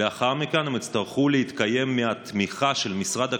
ולאחר מכן הם יצטרכו להתקיים מהתמיכה של משרד הקליטה,